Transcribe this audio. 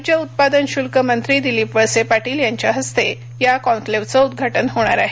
राज्य उत्पादन शुल्क मंत्री दिलिप वळसे पाटील यांच्या हस्ते या कॉन्क्लेव्हचं उदघाटन होणार आहे